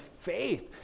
faith